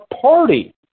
party